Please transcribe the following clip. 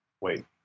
wait